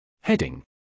Heading